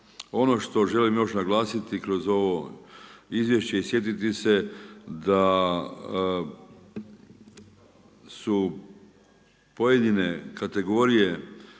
Ono što želim još naglasiti kroz ovo izvješće i sjetiti se da su pojedine kategorije